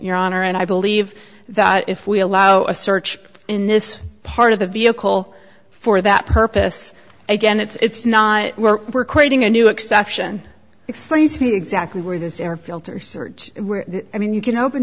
honor and i believe that if we allow a search in this part of the vehicle for that purpose again it's not we're we're creating a new exception explain exactly where this air filter search i mean you can open